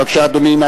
בבקשה, אדוני.